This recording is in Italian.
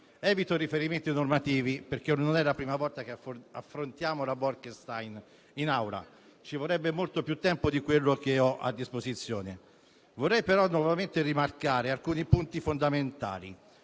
Evito i riferimenti normativi, perché non è la prima volta che parliamo della direttiva Bolkestein in Aula e ci vorrebbe molto più tempo di quello che ho a disposizione. Vorrei però nuovamente rimarcare alcuni punti fondamentali.